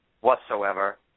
whatsoever